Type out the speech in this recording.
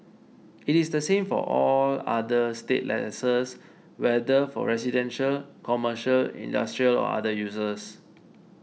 it is the same for all other state leases whether for residential commercial industrial or other uses